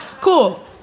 Cool